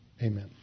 Amen